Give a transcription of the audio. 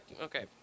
okay